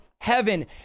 heaven